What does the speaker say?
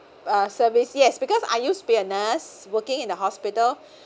uh service yes because I used to be a nurse working in the hospital